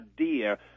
idea